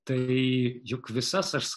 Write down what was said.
tai juk visas aš